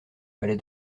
palais